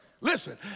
Listen